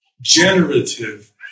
generative